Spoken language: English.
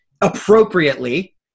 appropriately